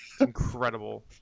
Incredible